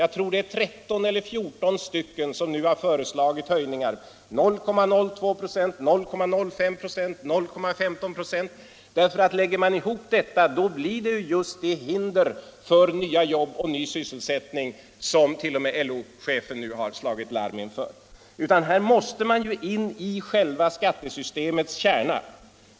Jag tror att det är 13 eller 14 utredningar som nu har föreslagit sådana höjningar , på 0,02 26, 0,05 96, 0,15 26 osv. Lägger man ihop detta, blir summan just det hinder för nya jobb och ny sysselsättning som t.o.m. LO-chefen nu har slagit larm inför. Här måste man gå in i själva kärnan i skattesystemet.